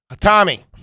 Tommy